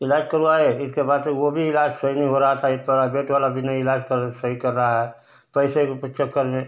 इलाज़ करवाए इसके बाद से भी इलाज़ सही नहीं हो रहा था ये प्राइवेट वाला भी नहीं इलाज़ कर सही कर रहा है पैसे के चक्कर में